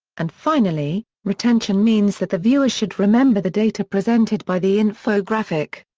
and finally, retention means that the viewer should remember the data presented by the infographic.